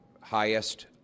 highest